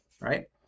right